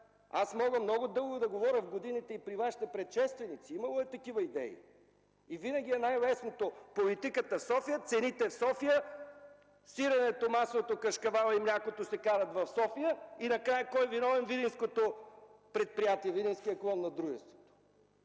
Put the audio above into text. Аз мога много дълго да говоря в годините и при Вашите предшественици. Имало е такива идеи. Винаги е най-лесното – политиката в София, цените в София, сиренето, маслото, кашкавала и млякото се карат в София, и накрая кой е виновен – видинското предприятие, видинският клон на дружеството!